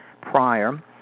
prior